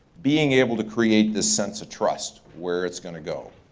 being able to create this sense of trust where it's gonna go.